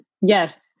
yes